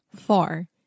Four